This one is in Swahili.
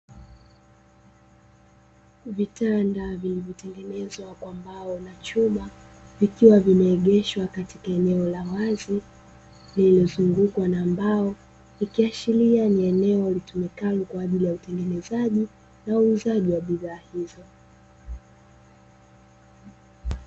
Vitanda vilivyotengenezwa kwa mbao na chuma vikiwa vimeegeshwa katika eneo la wazi lililozungukwa na mbao, ikiashiria ni eneo litumikalo kwa ajili ya utengenezaji na uuzaji wa bidhaa hizo.